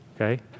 Okay